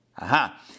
Aha